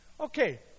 Okay